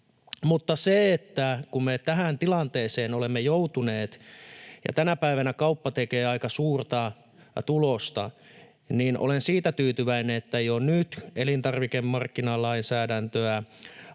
Mutta kun me tähän tilanteeseen olemme joutuneet ja tänä päivänä kauppa tekee aika suurta tulosta, niin olen siihen tyytyväinen, että jo nyt elintarvikemarkkinalainsäädäntöä